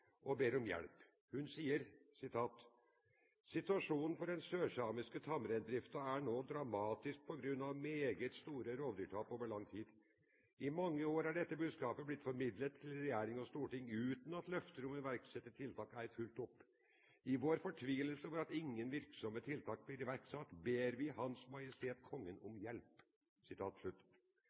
og ber om hjelp. Hun skriver: «Situasjonen for den sørsamiske tamreindriften er nå dramatisk på grunn av meget store rovdyrtap over tid. I mange år er dette budskapet blitt formidlet til regjering og Storting uten at løfter om å iverksette tiltak er fulgt opp. I vår fortvilelse over at ingen virksomme tiltak blir iverksatt, ber vi Hans Majestet Kongen om hjelp.»